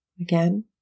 Again